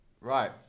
right